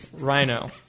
Rhino